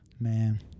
man